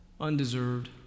undeserved